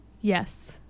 Yes